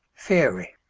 theory